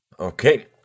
Okay